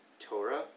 Torah